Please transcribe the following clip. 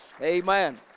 Amen